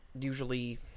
usually